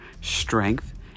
strength